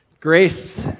Grace